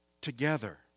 together